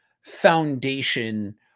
foundation